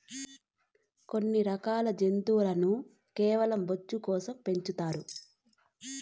కొన్ని రకాల జంతువులను కేవలం బొచ్చు కోసం పెంచుతారు